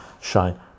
shine